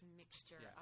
mixture